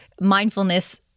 mindfulness